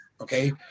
Okay